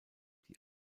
die